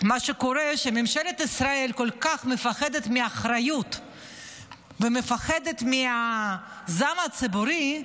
מה שקורה הוא שממשלת ישראל כל כך מפחדת מאחריות ומפחדת מהזעם הציבורי,